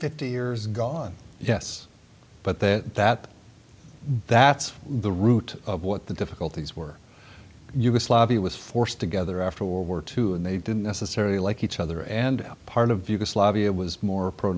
fifty years gone yes but that that that's the root of what the difficulties were yugoslavia was forced together after were two and they didn't necessarily like each other and part of yugoslavia was more pro